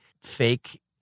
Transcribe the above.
fake